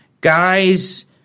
guys